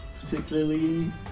particularly